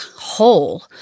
whole